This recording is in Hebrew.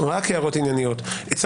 היום הוא יום